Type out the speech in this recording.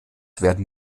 werden